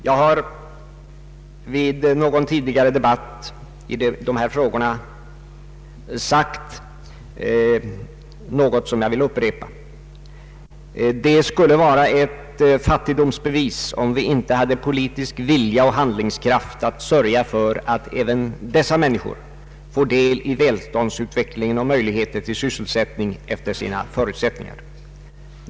Jag har vid en tidigare debatt i dessa frågor sagt att det skulle vara ett fattigdomsbevis om vi inte hade politisk vilja och handlingskraft att sörja för att även dessa människor får del i välståndsutvecklingen och får möjlighet till sysselsättning efter sina förutsättningar. Jag upprepar detta.